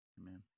Amen